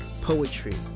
poetry